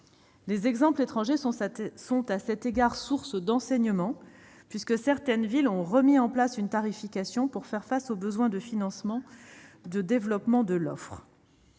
les exemples étrangers sont une source d'enseignement, puisque certaines villes ont rétabli une tarification pour faire face aux besoins de financement liés au développement de l'offre.